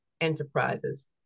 Enterprises